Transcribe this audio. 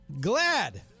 Glad